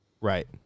Right